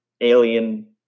alien